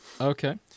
Okay